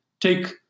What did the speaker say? Take